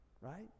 right